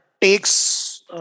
takes